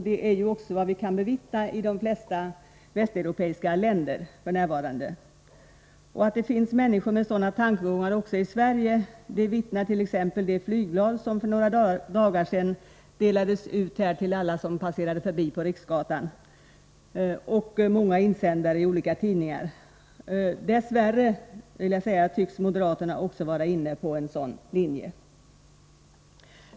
Det är ju också vad vi kan bevittna i de flesta västeuropeiska länder f.n. Att det finns människor med sådana tankegångar även i Sverige vittnar t.ex. det flygblad om som för några dagar sedan delades ut till alla som passerade förbi på Riksgatan, liksom många insändare i olika tidningar. Dess värre tycks moderaterna också vara inne på en sådan linje.